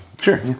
Sure